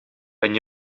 ben